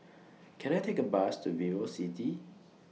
Can I Take A Bus to Vivocity